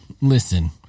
listen